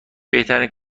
بهترین